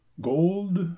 Gold